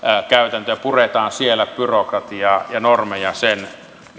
käytäntöjä puretaan siellä byrokratiaa ja normeja sen